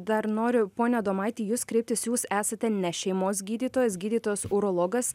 dar noriu pone adomaitį į jus kreiptis jūs esate ne šeimos gydytojas gydytojas urologas